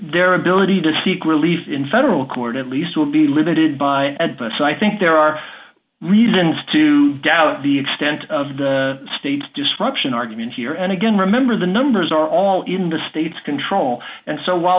their ability to seek relief in federal court at least would be limited by that but so i think there are reasons to doubt the extent of the state's destruction argument here and again remember the numbers are all in the state's control and so while